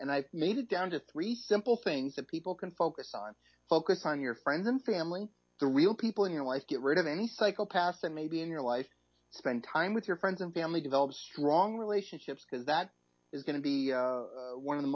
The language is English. and i've made it down to three simple things that people can focus on focus on your friends and family the real people in your life get rid of any cycle past and maybe in your life spend time with your friends and family develop strong relationships because that is going to be one of the